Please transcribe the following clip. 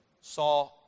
Saw